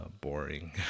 boring